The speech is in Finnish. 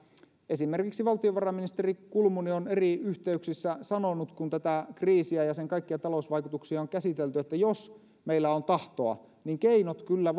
esimerkiksi valtiovarainministeri kulmuni on eri yhteyksissä sanonut kun tätä kriisiä ja sen kaikkia talousvaikutuksia on käsitelty että jos meillä on tahtoa niin keinot kyllä